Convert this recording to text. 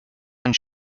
and